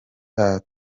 bwo